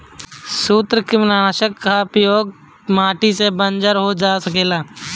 सूत्रकृमिनाशक कअ उपयोग से माटी बंजर भी हो सकेला